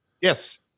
Yes